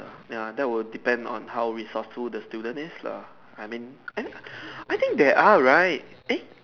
ya that would depends on how resourceful the student is lah I mean I mean I think there are right eh